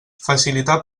facilitar